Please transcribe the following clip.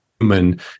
human